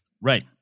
right